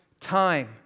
time